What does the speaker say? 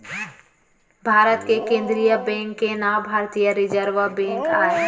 भारत के केंद्रीय बेंक के नांव भारतीय रिजर्व बेंक आय